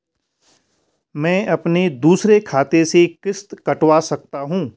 मैं अपने दूसरे खाते से किश्त कटवा सकता हूँ?